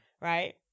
Right